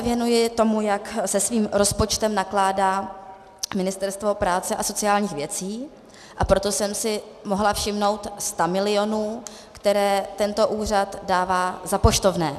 Věnuji se tomu, jak se svým rozpočtem nakládá Ministerstvo práce a sociálních věcí, a proto jsem si mohla všimnout stamilionů, které tento úřad dává za poštovné.